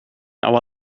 our